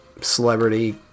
celebrity